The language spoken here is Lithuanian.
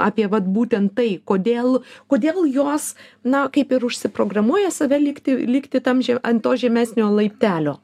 apie vat būtent tai kodėl kodėl jos na kaip ir užsiprogramuoja save likti likti tam že ant to žemesnio laiptelio